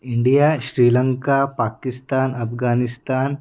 India Sri Lanka Pakistan Afghanistan